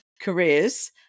careers